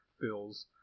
feels